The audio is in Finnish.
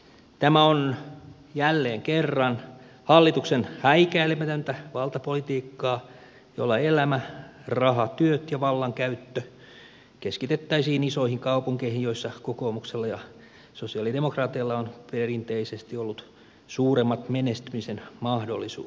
tämä on jälleen kerran hallituksen häikäilemätöntä valtapolitiikkaa jolla elämä raha työt ja vallankäyttö keskitettäisiin isoihin kaupunkeihin joissa kokoomuksella ja sosialidemokraateilla on perinteisesti ollut suuremmat menestymisen mahdollisuudet